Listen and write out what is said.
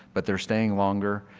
but they are staying longer.